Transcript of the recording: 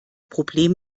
problem